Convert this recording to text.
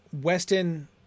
Weston